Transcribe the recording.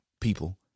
people